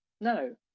No